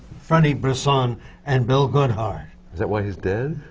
freddy brisson and bill goodheart. is that why he's dead?